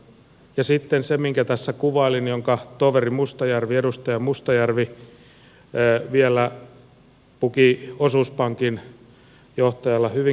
ja sitten se minkä tässä kuvailin jonka toveri mustajärvi edustaja mustajärvi vielä puki osuuspankin johtajalle hyvinkin kauniisti sanoiksi